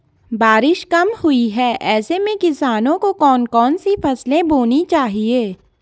बारिश कम हुई है ऐसे में किसानों को कौन कौन सी फसलें बोनी चाहिए?